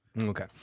Okay